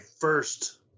first